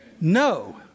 No